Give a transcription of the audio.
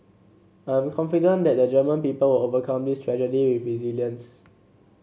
I'm confident that the German people will overcome this tragedy with resilience